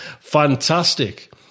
fantastic